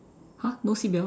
!huh! no seatbelt